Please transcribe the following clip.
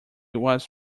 was